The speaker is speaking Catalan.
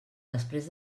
després